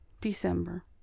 December